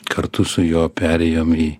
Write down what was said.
kartu su juo perėjom į